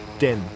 denn